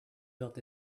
built